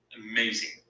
Amazing